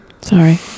sorry